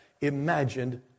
imagined